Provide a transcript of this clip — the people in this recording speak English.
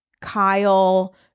Kyle